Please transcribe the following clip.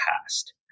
past